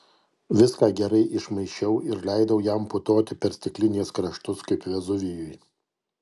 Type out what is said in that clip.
viską gerai išmaišiau ir leidau jam putoti per stiklinės kraštus kaip vezuvijui